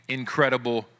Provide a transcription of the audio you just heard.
incredible